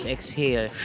Exhale